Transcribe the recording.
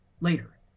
later